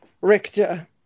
Richter